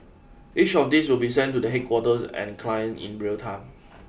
each of these will be sent to the headquarters and clients in real time